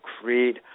create